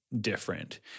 different